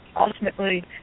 ultimately